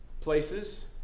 places